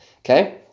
Okay